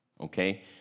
Okay